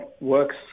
works